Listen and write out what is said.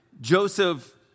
Joseph